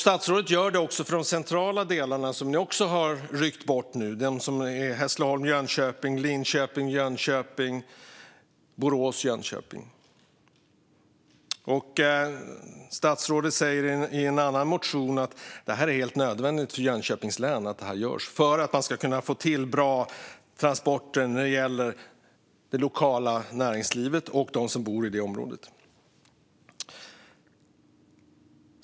Statsrådet inser det också när det gäller de centrala delarna, som också har ryckts bort, alltså Hässleholm-Jönköping, Linköping-Jönköping och Borås-Jönköping. Statsrådet säger i en annan motion att det är helt nödvändigt för Jönköpings län att detta görs, för att man ska kunna få till bra transporter när det gäller det lokala näringslivet och de boende i området.